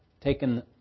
taken